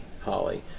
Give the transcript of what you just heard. Holly